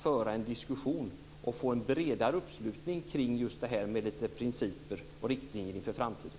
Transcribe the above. föra en diskussion och få en bredare uppslutning kring just det här med principer och riktlinjer inför framtiden.